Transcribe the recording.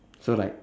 so like